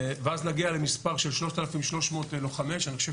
ואז נגיע למספר של 3,300 לוחמי אש ואני חושב